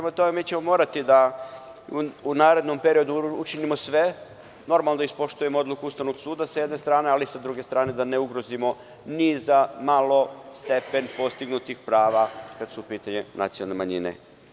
Moraćemo u narednom periodu da učinimo sve, da ispoštujemo odluku Ustavnog suda s jedne strane, ali sa druge strane, da ne ugrozimo ni za malo stepen postignutih prava, kad su u pitanju nacionalne manjine.